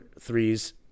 threes